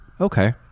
okay